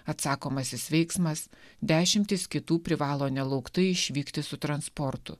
atsakomasis veiksmas dešimtys kitų privalo nelauktai išvykti su transportu